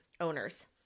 owners